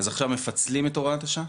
אז עכשיו מפצלים את הוראת השעה?